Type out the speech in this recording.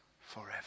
forever